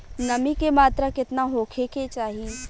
नमी के मात्रा केतना होखे के चाही?